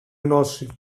γνώση